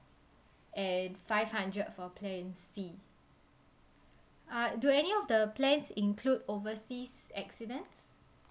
and five hundred for plan C uh do any of the plans include overseas accidents